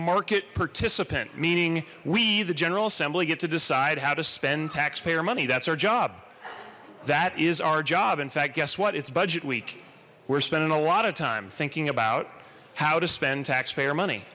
market participant meaning we the general assembly get to decide how to spend taxpayer money that's our job that is our job in fact guess what its budget week we're spending a lot of time thinking about how to spend taxpayer money